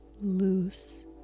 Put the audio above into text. loose